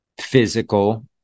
physical